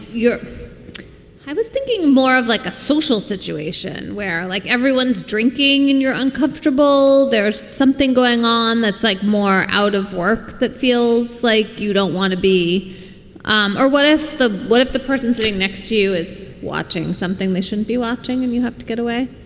you're right i was thinking more of like a social situation where, like, everyone's drinking and you're uncomfortable. there's something going on that's like more out of work that feels like you don't want to be um or what if the what if the person sitting next to you is watching something they shouldn't be watching and you have to get away?